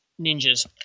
ninjas